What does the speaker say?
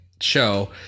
show